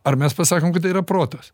ar mes pasakom kad tai yra protas